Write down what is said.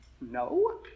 No